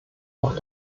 auf